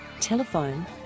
Telephone